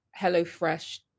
HelloFresh